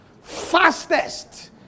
fastest